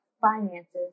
finances